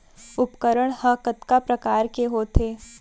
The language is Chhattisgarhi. उपकरण हा कतका प्रकार के होथे?